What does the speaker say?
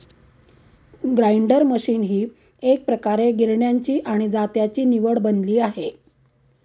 grinder machine ही एकप्रकारे गिरण्यांची आणि जात्याची निवड बनली आहे